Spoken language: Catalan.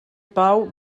pau